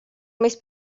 mis